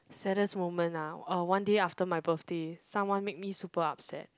saddest moment ah uh one day after my birthday someone made me super upset